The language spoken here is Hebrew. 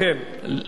רוצה לדחות